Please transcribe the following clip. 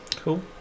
cool